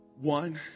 one